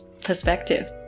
perspective